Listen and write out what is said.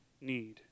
need